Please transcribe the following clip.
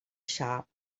shop